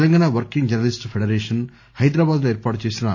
Telangana working journalists federation Hyderabad లో ఏర్పాటు చేసిన